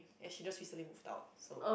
and she just recently moved out so